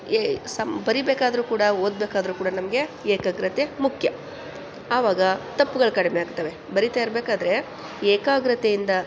A sum ಬರಿಬೇಕಾದರೂ ಕೂಡ ಓದಬೇಕಾದ್ರೂ ಕೂಡ ನಮಗೆ ಏಕಾಗ್ರತೆ ಮುಖ್ಯ ಆವಾಗ ತಪ್ಗಳು ಕಡಿಮೆ ಆಗ್ತವೆ ಬರಿತಾ ಇರ್ಬೇಕಾದ್ರೆ ಏಕಾಗ್ರತೆಯಿಂದ